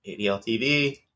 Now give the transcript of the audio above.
ADL-TV